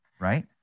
right